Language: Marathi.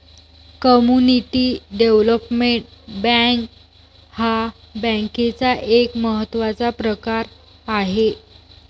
कम्युनिटी डेव्हलपमेंट बँक हा बँकेचा एक महत्त्वाचा प्रकार आहे